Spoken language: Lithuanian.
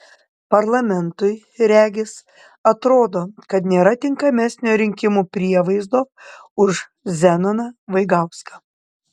parlamentui regis atrodo kad nėra tinkamesnio rinkimų prievaizdo už zenoną vaigauską